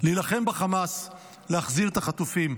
להילחם בחמאס ולהחזיר את החטופים.